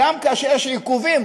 הגם כאשר יש עיכובים,